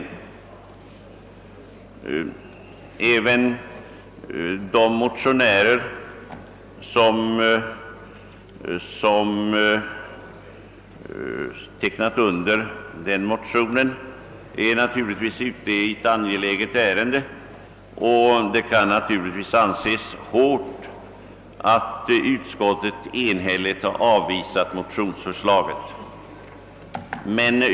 Även de motionärer som undertecknat detta motionspar är naturligtvis ute i ett angeläget ärende, och det kan anses hårt att utskottet enhälligt har avvisat deras förslag.